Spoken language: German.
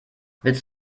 willst